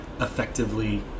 effectively